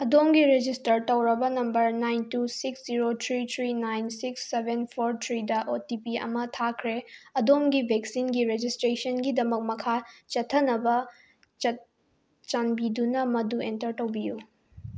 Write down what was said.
ꯑꯗꯣꯝꯒꯤ ꯔꯦꯖꯤꯁꯇꯔ ꯇꯧꯔꯕ number nine two six zero three three nine six seven four ꯊ꯭ꯔꯤꯗ O T P ꯑꯃ ꯊꯥꯈ꯭ꯔꯦ ꯑꯗꯣꯝꯒꯤ ꯚꯦꯛꯁꯤꯟꯒꯤ ꯔꯦꯖꯤꯁꯇ꯭ꯔꯦꯁꯟꯒꯤꯗꯃꯛ ꯃꯈꯥ ꯆꯠꯊꯅꯕ ꯆꯥꯟꯕꯤꯗꯨꯅ ꯃꯗꯨ ꯑꯦꯟꯇꯔ ꯇꯧꯕꯤꯌꯨ